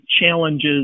challenges